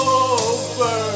over